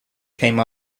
came